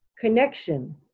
connection